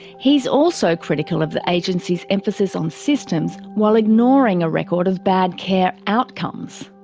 he's also critical of the agency's emphasis on systems while ignoring a record of bad care outcomes.